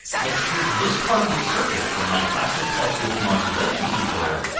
let's take this part of the circuit from my classic pulse width modulation tutorial,